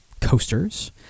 coasters